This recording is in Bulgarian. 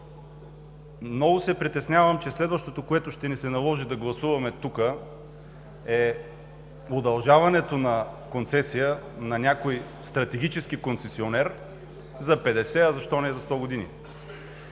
Много се притеснявам, че следващото, което ще ни се наложи да гласуваме тук, е удължаването на концесия на някой стратегически концесионер за 50, а защо не и за 100 години?